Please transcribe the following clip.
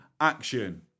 action